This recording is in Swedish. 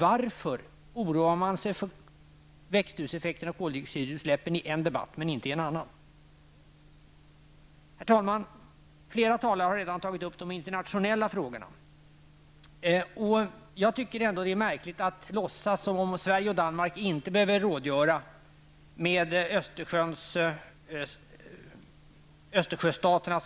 Varför talar man om växthuseffekten och koldioxidutsläppen i en debatt men inte i en annan? Herr talman! Flera talare har tagit upp den internationella aspekten. Jag tror inte att det är möjligt att låtsas som om Sverige och Danmark inte behöver rådgöra med Östersjöstaterna